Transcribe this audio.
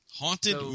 Haunted